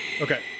Okay